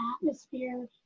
atmosphere